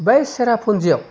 बै सेरापुन्जिआव